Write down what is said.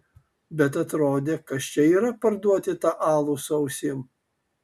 bet atrodė kas čia yra parduoti tą alų su ausim